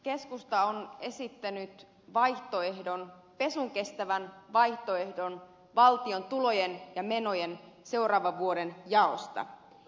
keskusta on esittänyt vaihtoehdon pesunkestävän vaihtoehdon valtion tulojen ja menojen seuraavan vuoden jaosta